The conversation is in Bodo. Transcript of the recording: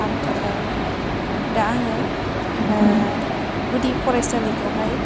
आमटेकायावमोन दा आङो गुदि फराइसालिखौहाय